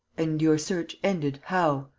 and your search ended. how?